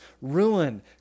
ruin